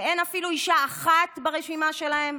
שאין אפילו אישה אחת ברשימה שלהן?